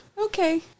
Okay